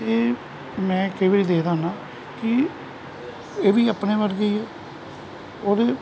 ਇਹ ਮੈਂ ਕਈ ਵਾਰ ਦੇਖਦਾ ਹੁੰਦਾ ਕਿ ਇਹ ਵੀ ਆਪਣੇ ਵਰਗੇ ਹੀ ਹੈ ਔਰ